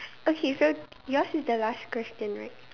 okay so yours is the last question right